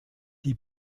die